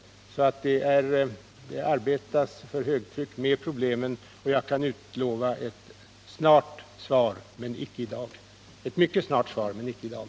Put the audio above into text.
Det arbetas alltså för högtryck med problemen, och jag kan utlova ett svar mycket snart, men icke i dag.